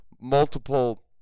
multiple